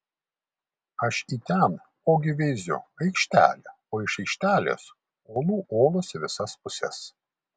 aš į ten ogi veiziu aikštelė o iš aikštelės olų olos į visas puses